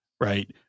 Right